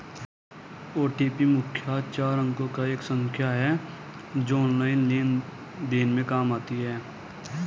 OTP मुख्यतः चार अंकों की एक संख्या है जो ऑनलाइन लेन देन में काम आती है